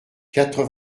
quatre